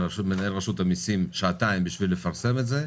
למנהל רשות המיסים שעתיים בשביל לפרסם אותו,